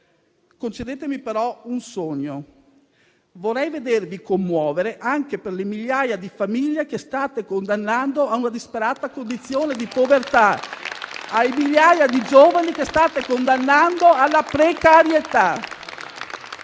Concedetemi però un sogno: vorrei vedervi commuovere anche per le migliaia di famiglie che state condannando a una disperata condizione di povertà, per le migliaia di giovani che state condannando alla precarietà